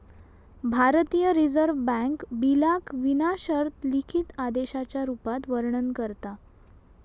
भारतीय reserve bank बिलाक विना शर्त लिखित आदेशाच्या रुपात वर्णन करता